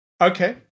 Okay